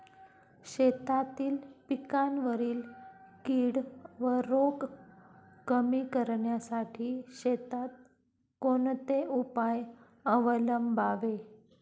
शेतातील पिकांवरील कीड व रोग कमी करण्यासाठी शेतात कोणते उपाय अवलंबावे?